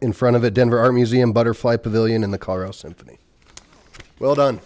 in front of it denver art museum butterfly pavilion in the karo symphony well done